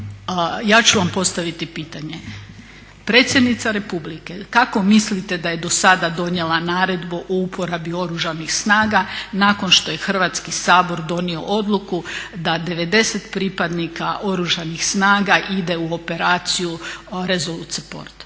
ja ću vam postaviti pitanje, predsjednica Republike kako mislite da je do sada donijela naredbu o uporabi oružanih snaga nakon što je Hrvatski sabor donio odluku da 90 pripadnika oružanih snaga ide u Operaciju Resolute support.